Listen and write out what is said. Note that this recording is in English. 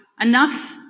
enough